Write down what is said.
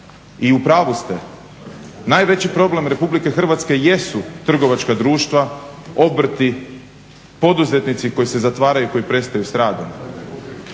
i upravu ste, najveći problem RH jesu trgovačka društva, obrti, poduzetnici koji se zatvaraju koji prestaju s radom